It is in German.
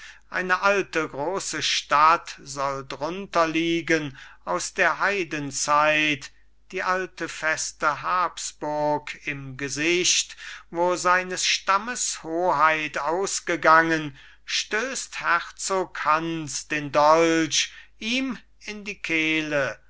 eine alte große stadt soll drunter liegen aus der heiden zeit die alte feste habsburg im gesicht wo seines stammes hoheit ausgegangen stößt herzog hans den dolch ihm in die kehle